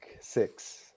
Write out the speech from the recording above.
six